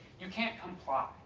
you can't comply.